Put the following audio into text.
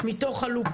מהלופ